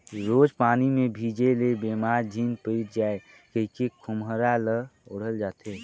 रोज पानी मे भीजे ले बेमार झिन पइर जाए कहिके खोम्हरा ल ओढ़ल जाथे